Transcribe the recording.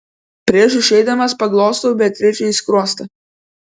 prieš išeidamas paglostau beatričei skruostą